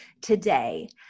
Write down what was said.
today